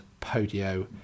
Podio